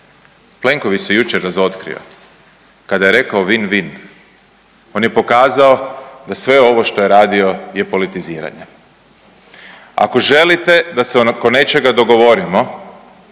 Plenković se jučer razotkrio kada je rekao win-win, on je pokazao da sve ovo što je radio je politiziranje. Ako želite da se oko nečega dogovorimo